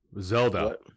Zelda